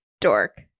dork